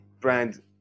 brand